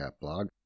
blog